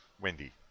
Wendy